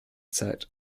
zeit